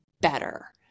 better